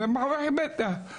אז הם אומרים בטח,